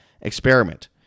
experiment